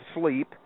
sleep